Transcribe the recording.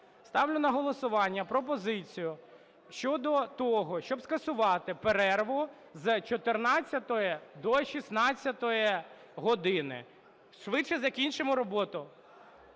Ставлю на голосування пропозицію щодо того, щоб скасувати перерву з 14 до 16 години. Швидше закінчимо роботу.